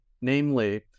namely